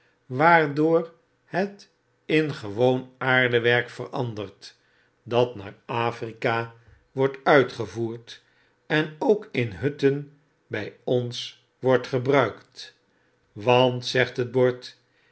waardoor het in gewoon aardewerk verandert dat naar afrika wordt uitgevoerd en ook in hutten by ons wordt gebruikt